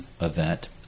event